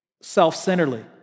self-centeredly